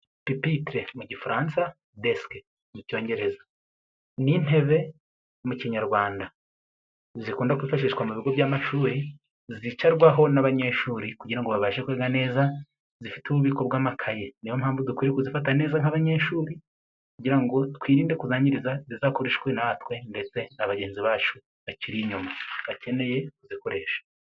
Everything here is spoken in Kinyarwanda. Pipitire mu gifaransa desike mu icyongereza. Ni intebe mu kinyarwanda. Zikunda kwifashishwa mu bigo by'amashuri, zicarwaho n'abanyeshuri, kugira ngo babashe kwiga neza. Zifite ububiko bw'amakaye, niyo mpamvu dukwiye kuzifata neza nk'abanyeshuri, kugira ngo twirinde kuzangiriza zizakoreshwe natwe ndetse na bagenzi bacu bakiri inyuma bakeneye kuzikoresha.